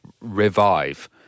Revive